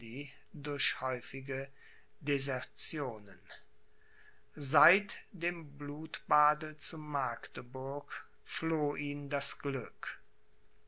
durch häufige desertionen seit dem blutbade zu magdeburg floh ihn das glück